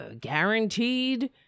guaranteed